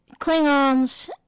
Klingons